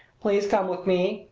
please come with me,